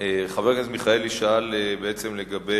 המהווים לכאורה